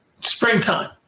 springtime